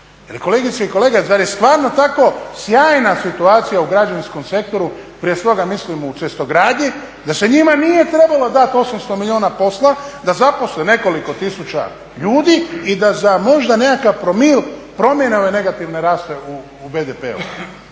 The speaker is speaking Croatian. kolegice i kolege, zar je stvarno tako sjajna situacija u građevinskom sektoru, prije svega mislim u cestogradnji, da se njima nije trebalo dati 800 milijuna posla, da zaposle nekoliko tisuća ljudi i da za možda nekakav promil promijene ove negativne … u BDP-u.